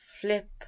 flip